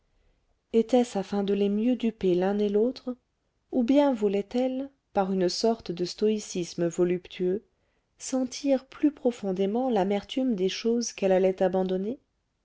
était-ce afin de les mieux duper l'un et l'autre ou bien voulaitelle par une sorte de stoïcisme voluptueux sentir plus profondément l'amertume des choses qu'elle allait abandonner